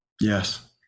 Yes